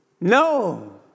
No